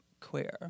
queer